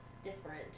different